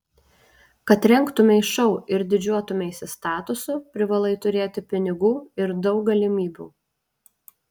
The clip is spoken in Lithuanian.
kad rengtumei šou ir didžiuotumeisi statusu privalai turėti pinigų ir daug galimybių